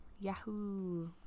Yahoo